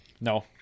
No